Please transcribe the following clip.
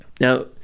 Now